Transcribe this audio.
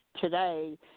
today